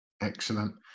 Excellent